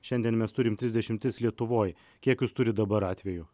šiandien mes turim trisdešimt tris lietuvoj kiek jūs turit dabar atvejų